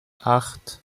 acht